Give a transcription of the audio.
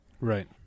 Right